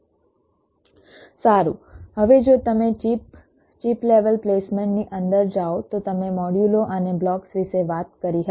સારું હવે જો તમે ચિપ ચિપ લેવલ પ્લેસમેન્ટની અંદર જાઓ તો તમે મોડ્યુલો અને બ્લોક્સ વિશે વાત કરી હતી